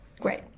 great